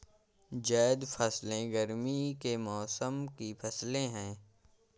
ज़ैद फ़सलें गर्मी के मौसम की फ़सलें हैं